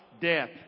Death